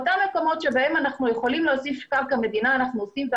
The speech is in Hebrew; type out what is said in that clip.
במקומות שאנחנו יכולים להוסיף קרקע מדינה אנחנו מוסיפים.